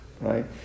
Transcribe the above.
right